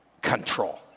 control